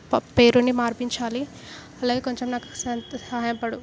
ప పేరుని మార్పించాలి అలాగే కొంచెం నాకు సంత సహాయపడు